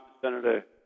Senator